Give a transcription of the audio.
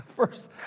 First